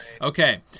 Okay